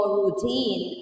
routine